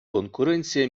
конкуренція